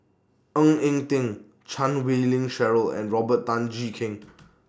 Ng Eng Teng Chan Wei Ling Cheryl and Robert Tan Jee Keng